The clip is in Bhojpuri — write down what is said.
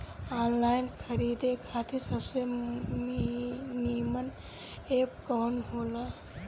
आनलाइन खरीदे खातिर सबसे नीमन एप कवन हो ला?